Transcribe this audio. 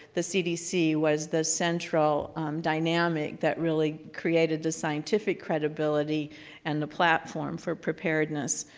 the cdc was the central dynamic that really created the scientific credibility and the platform for preparedness.